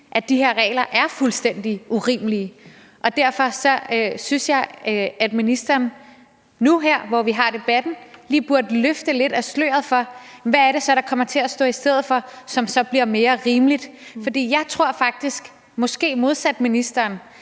at de her regler er fuldstændig urimelige, og derfor synes jeg, at ministeren nu her, hvor vi har debatten, lige burde løfte lidt af sløret for, hvad det så er, der kommer til at stå i stedet for, og som så bliver mere rimeligt. For jeg tror faktisk – måske modsat ministeren